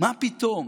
מה פתאום?